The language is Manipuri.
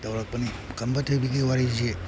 ꯇꯧꯔꯛꯄꯅꯤ ꯈꯝꯕ ꯊꯣꯏꯕꯤꯒꯤ ꯋꯥꯔꯤꯁꯤ